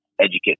educate